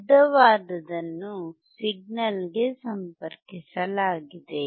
ಉದ್ದವಾದದನ್ನು ಸಿಗ್ನಲ್ಗೆ ಸಂಪರ್ಕಿಸಲಾಗಿದೆ